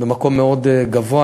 במקום מאוד גבוה.